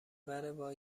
محور